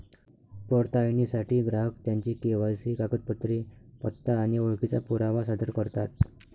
पडताळणीसाठी ग्राहक त्यांची के.वाय.सी कागदपत्रे, पत्ता आणि ओळखीचा पुरावा सादर करतात